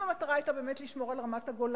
אם המטרה היתה באמת לשמור על רמת-הגולן,